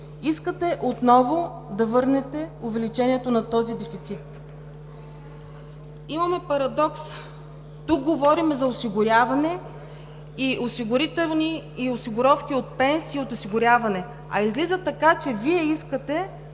искате отново да върнете увеличението на този дефицит. Имаме парадокс: тук говорим за осигуряване – осигуровки от пенсии и от осигуряване, а излиза така, че Вие искате